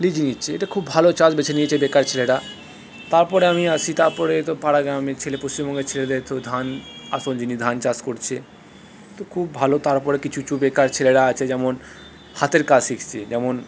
lease নিচ্ছে এটা খুব ভাল চাষ বেছে নিয়েছে বেকার ছেলেরা তারপরে আমি আসি তাপরে তো পাড়া গ্রামের ছেলে পশ্চিমবঙ্গের ছেলেদের তো ধান আসল জিনিস ধান চাষ করছে তো খুব ভালো তারপরে কিছু কিছু বেকার ছেলেরা আছে যেমন হাতের কাজ শিখছে যেমন